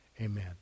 Amen